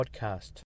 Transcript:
podcast